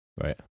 right